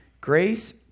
Grace